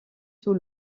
sous